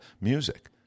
music